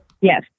Yes